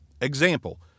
Example